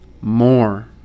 more